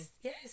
Yes